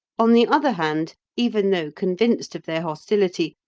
on the other hand, even though convinced of their hostility,